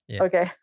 Okay